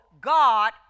God